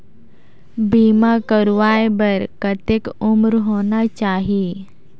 बीमा करवाय बार कतेक उम्र होना चाही?